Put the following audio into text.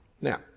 Now